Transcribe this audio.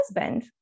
husband